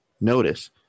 Notice